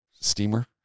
steamer